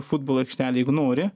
futbolo aikštelė jeigu nori